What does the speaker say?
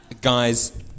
Guys